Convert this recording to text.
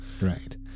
Right